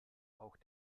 auch